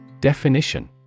Definition